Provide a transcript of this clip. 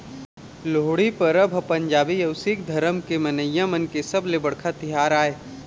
लोहड़ी परब ह पंजाबी अउ सिक्ख धरम के मनइया मन के सबले बड़का तिहार आय